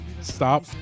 Stop